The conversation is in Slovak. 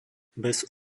bez